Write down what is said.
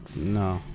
No